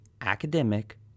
academic